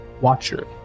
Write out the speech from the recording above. Watcher